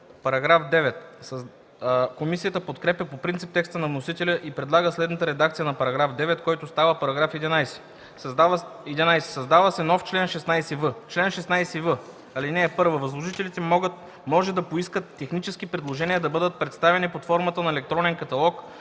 По § 9 комисията подкрепя по принцип текста на вносителя и предлага следната редакция на параграфа, който става § 11: „§ 11. Създава се нов чл. 16в: „Чл. 16в. (1) Възложителите може да поискат техническите предложения да бъдат представени под формата на електронен каталог,